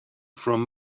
from